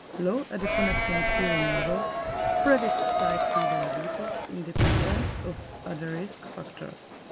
low adiponectin serum levels predict type two diabetes independent of other risk factors.